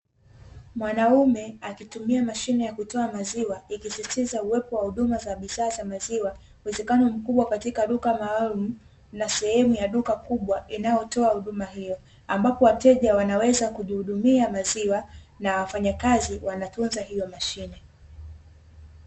Mwanaume akitumia mashine ya kutoa maziwa, ikisisitiza uwepo wa huduma za bidhaa za maziwa, uwezekano mkubwa katika duka maalumu na sehemu ya duka kubwa inayotoa huduma hiyo. Ambapo wateja wanaweza kujihudumia maziwa, na wafanyakazi wanatunza hiyo mashine.